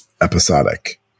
episodic